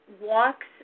walks